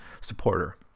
supporter